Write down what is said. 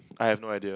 I have no idea